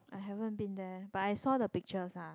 I haven't been there but I saw the pictures ah